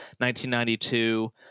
1992